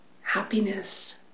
happiness